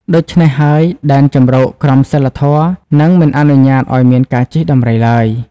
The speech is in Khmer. ដូច្នេះហើយ ដែនជម្រកក្រមសីលធម៌នឹងមិនអនុញ្ញាតឲ្យមានការជិះដំរីឡើយ។